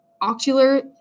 ocular